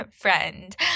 friend